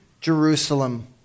Jerusalem